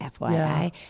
FYI